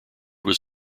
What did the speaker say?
was